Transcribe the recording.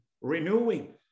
renewing